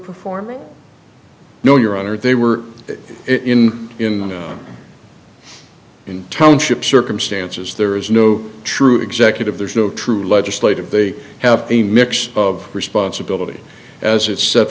performing no your honor they were in in the in township circumstances there is no true executive there is no true legislative they have a mix of responsibility as its